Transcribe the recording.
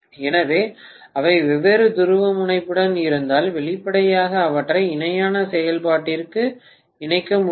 எனவே அவை வெவ்வேறு துருவமுனைப்புடன் இருந்தால் வெளிப்படையாக அவற்றை இணையான செயல்பாட்டிற்கு இணைக்க முடியாது